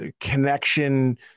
connection